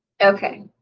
Okay